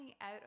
out